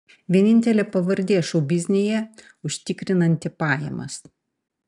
vienintelė pavardė šou biznyje užtikrinanti pajamas